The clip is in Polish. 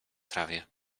trawie